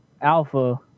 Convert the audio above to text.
Alpha